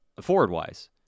Forward-wise